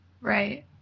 Right